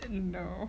no